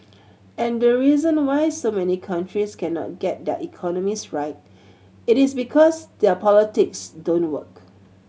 and the reason why so many countries cannot get their economies right it is because their politics don't work